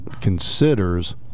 considers